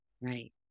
Right